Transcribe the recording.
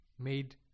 made